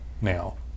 now